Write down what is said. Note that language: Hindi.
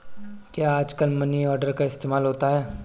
क्या आजकल मनी ऑर्डर का इस्तेमाल होता है?